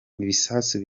ibisasu